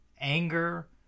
anger